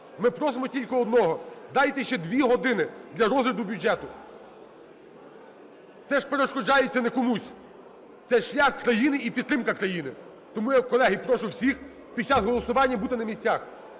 Ми просимо тільки одного – дайте ще 2 години для розгляду бюджету. Це ж перешкоджається не комусь, це шлях країни і підтримка країни. Тому, колеги, прошу всіх під час голосування бути на місцях.